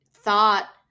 thought